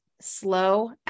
slow